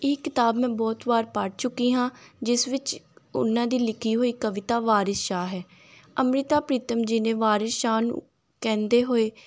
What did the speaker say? ਇਹ ਕਿਤਾਬ ਮੈਂ ਬਹੁਤ ਵਾਰ ਪੜ੍ਹ ਚੁੱਕੀ ਹਾਂ ਜਿਸ ਵਿੱਚ ਉਹਨਾਂ ਦੀ ਲਿਖੀ ਹੋਈ ਕਵਿਤਾ ਵਾਰਸ਼ ਸ਼ਾਹ ਹੈ ਅੰਮ੍ਰਿਤਾ ਪ੍ਰੀਤਮ ਜੀ ਨੇ ਵਾਰਸ਼ ਸ਼ਾਹ ਨੂੰ ਕਹਿੰਦੇ ਹੋਏ